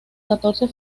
catorce